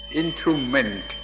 instrument